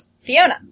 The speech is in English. Fiona